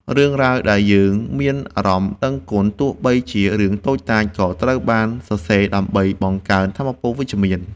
រឿងរ៉ាវដែលយើងមានអារម្មណ៍ដឹងគុណ ទោះបីជារឿងតូចតាច ក៏ត្រូវបានសរសេរដើម្បីបង្កើនថាមពលវិជ្ជមាន។